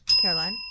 Caroline